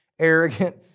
arrogant